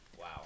Wow